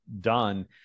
done